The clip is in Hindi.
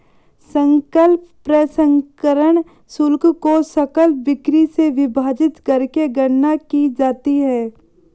सकल प्रसंस्करण शुल्क को सकल बिक्री से विभाजित करके गणना की जाती है